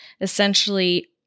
essentially